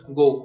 go